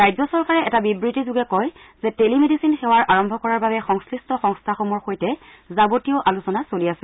ৰাজ্যচৰকাৰে এটা বিবৃতিযোগে কয় যে টেলিমেডিচিন সেৱাৰ আৰম্ভ কৰাৰ বাবে সংশ্লিট্ট সংস্থাসমূহৰ সৈতে যাৱতীয় আলোচনা চলি আছে